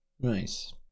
Nice